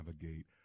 navigate